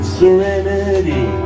serenity